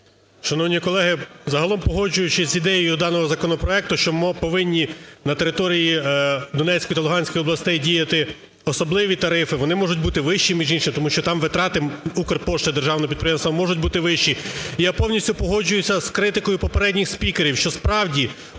Шановні колеги, загалом погоджуючись з ідеєю даного законопроекту, що повинні на території Донецької та Луганської областей діяти особливі тарифи, вони можуть бути вищими, між іншим, тому що там витрати "Укрпошти" державного підприємства можуть бути вищі. І я повністю погоджуюся з критикою попередніх спікерів, що, справді,